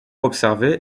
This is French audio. observée